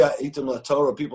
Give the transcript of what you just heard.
People